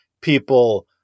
people